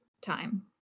time